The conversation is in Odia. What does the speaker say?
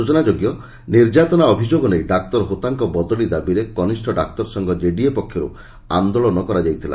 ସୂଚନା ଯୋଗ୍ୟ ନିର୍ଯାତନା ଅଭିଯୋଗ ନେଇ ଡାକ୍ତର ହୋତାଙ୍କ ବଦଳି ଦାବିରେ କନିଷ ଡାକ୍ତରସଂଘ ଜେଡିଏ ପକ୍ଷରୁ ଆନ୍ଦୋଳନ କରାଯାଇଥିଲା